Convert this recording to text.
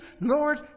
Lord